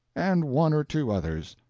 and one or two others,